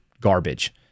garbage